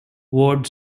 ward